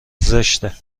زشته